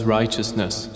righteousness